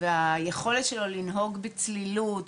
והיכולת שלו לנהוג בצלילות,